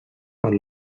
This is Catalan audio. per